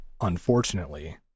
unfortunately